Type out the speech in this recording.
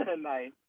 Nice